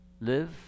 live